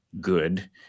good